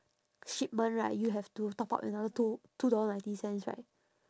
shipment right you have to top up another two two dollar ninety cents right